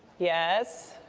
yes,